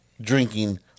drinking